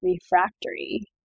refractory